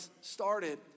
started